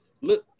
Look